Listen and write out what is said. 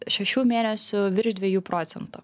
šešių mėnesių virš dviejų procentų